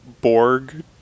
Borg-